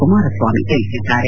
ಕುಮಾರಸಾಮಿ ತಿಳಿಸಿದ್ದಾರೆ